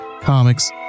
Comics